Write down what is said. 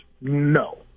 No